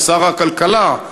ששר הכלכלה,